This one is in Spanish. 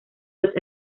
los